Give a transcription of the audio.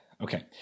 okay